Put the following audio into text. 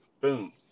boom